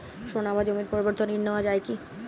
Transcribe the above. সোনা বা জমির পরিবর্তে ঋণ নেওয়া যায় কী?